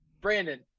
Brandon